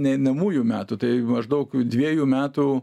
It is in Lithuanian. ne einamųjų metų tai maždaug dviejų metų